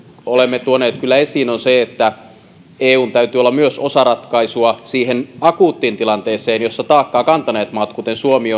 olemme tuoneet kyllä esiin on se että eun täytyy olla myös osa ratkaisua siihen akuuttiin tilanteeseen jossa taakkaa kantaneet maat kuten suomi